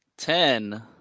Ten